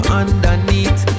underneath